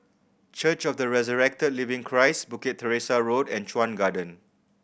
Church of The Resurrected Living Christ Bukit Teresa Road and Chuan Garden